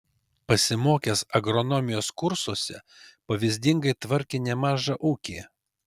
pasimokęs agronomijos kursuose pavyzdingai tvarkė nemažą ūkį